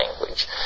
language